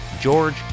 George